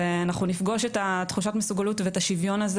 נפגש את תחושת המסוגלות הזאת ואת השוויון,